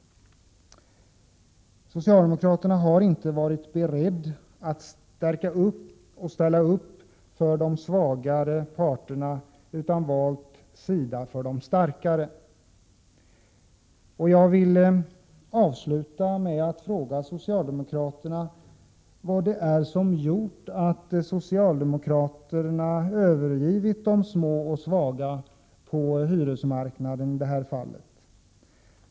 Socialdemokraterna har inte varit beredda att ställa upp för den svagare parten utan valt sida för de starkare. Jag vill avsluta med att fråga socialdemokraterna vad det är som gjort att de övergivit de små och svaga på denna hyresmarknad.